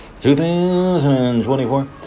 2024